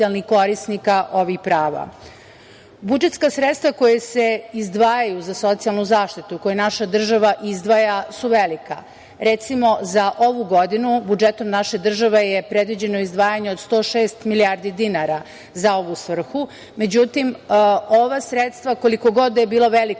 koja naša država izdvaja su velika.